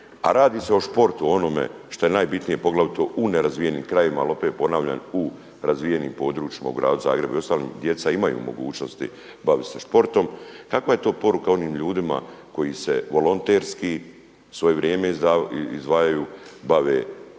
a radi se o sportu onome šta je najbitnije poglavito u nerazvijenim krajevima, ali opet ponavljam, u razvijenim područjima u gradu Zagrebu i ostalim djeca imaju mogućnosti baviti se sportom, kakva je to poruka onim ljudima koji se volonterski i svoje vrijeme izdvajaju bave sa tim